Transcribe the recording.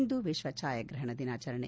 ಇಂದು ವಿಶ್ವ ಭಾಯಾಗ್ರಹಣ ದಿನಾಚರಣೆ